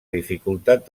dificultat